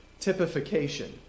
typification